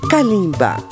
Kalimba